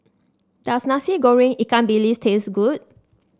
does Nasi Goreng Ikan Bilis taste good